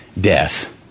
Death